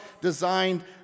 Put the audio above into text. designed